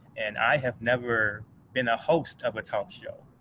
and i have never been a host of a talk show.